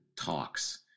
talks